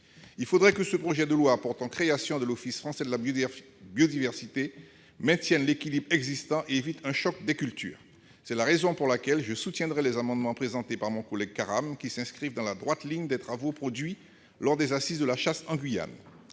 Il faudrait que ce projet de loi portant création de l'Office français de la biodiversité maintienne l'équilibre existant et évite un choc des cultures. C'est la raison pour laquelle je soutiendrai les amendements présentés par mon collègue Antoine Karam qui s'inscrivent dans la droite ligne des travaux produits lors des assises de la chasse en Guyane.